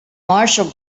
marshall